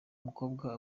umukobwa